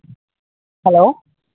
hello